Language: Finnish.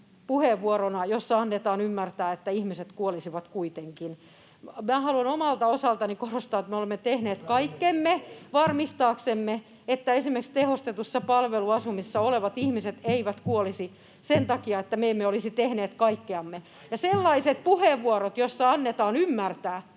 puheenvuorona sellaista, jossa annetaan ymmärtää, että ihmiset kuolisivat kuitenkin. Minä haluan omalta osaltani korostaa, että me olemme tehneet kaikkemme varmistaaksemme, että esimerkiksi tehostetussa palveluasumisessa olevat ihmiset eivät kuolisi sen takia, että me emme olisi tehneet kaikkeamme. Ja sellaiset puheenvuorot, joissa annetaan ymmärtää,